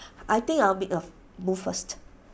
I think I'll make A move first